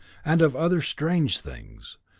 and of other strange things,